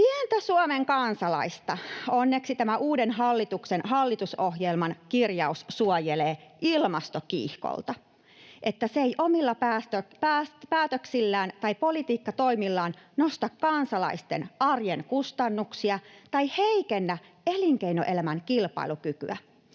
Pientä Suomen kansalaista onneksi suojelee ilmastokiihkolta tämä uuden hallituksen hallitusohjelman kirjaus, ”että se ei omilla päätöksillään tai politiikkatoimillaan nosta kansalaisten arjen kustannuksia tai heikennä elinkeinoelämän kilpailukykyä”.